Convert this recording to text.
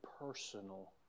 personal